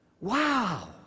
Wow